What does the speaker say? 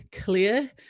clear